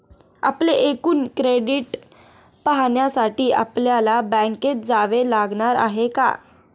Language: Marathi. आपले एकूण क्रेडिट पाहण्यासाठी आपल्याला बँकेत जावे लागणार आहे का?